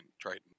triton